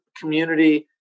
community